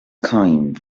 coined